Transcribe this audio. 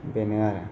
बेनो आरो